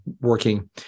working